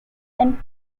and